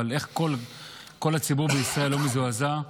כל הציבור בישראל לא מזועזע.